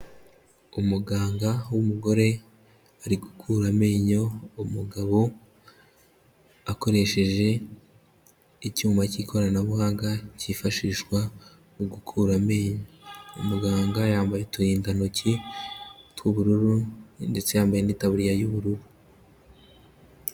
Umuganga w'umugore ari gukura amenyo umugabo akoresheje icyuma cy'ikoranabuhanga kifashishwa mu gukura amenyo, umuganga yambaye uturindantoki tw'ubururu ndetse yambaye n'itaburiya y'ubururu.